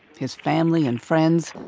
his family and friends,